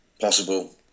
possible